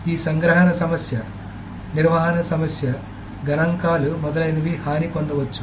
ఈ సంగ్రహణ సమస్య నిర్వహణ సమస్య గణాంకాలు మొదలైనవి హాని పొందవచ్చు